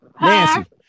Nancy